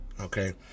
Okay